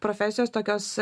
profesijos tokios